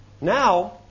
now